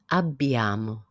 abbiamo